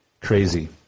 crazy